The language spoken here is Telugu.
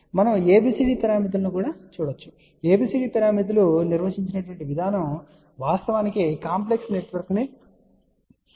ఇక్కడ మనం ABCD పారామితులను చూడబోతున్నాము మరియు ABCD పారామితులు నిర్వచించబడిన విధానం వాస్తవానికి కాంప్లెక్స్ నెట్వర్క్ను పరిష్కరించడానికి పరిగణిస్తాము